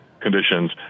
Conditions